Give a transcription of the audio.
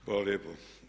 Hvala lijepo.